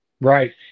Right